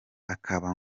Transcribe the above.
akaba